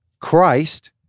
Christ